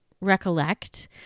Recollect